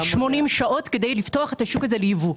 80 שעות כדי לפתוח את השוק הזה לייבוא.